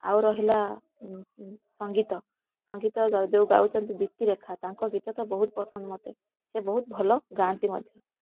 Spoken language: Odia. ଆଉ ରହିଲା ସଙ୍ଗୀତ ସଙ୍ଗୀତ ଯୋଉ ଗାଉଛନ୍ତି ଦୀପ୍ତିରେଖା ତାଙ୍କ ଗୀତ ତ ବହୁତ ପସନ୍ଦ ମୋତେ ସେ ବହୁତ ଭଲ ଗାଆନ୍ତି ମଧ୍ୟ